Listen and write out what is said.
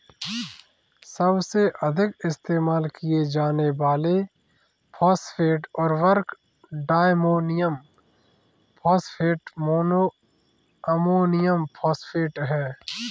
सबसे अधिक इस्तेमाल किए जाने वाले फॉस्फेट उर्वरक diammonium phosphate, mono ammonium phosphate हैं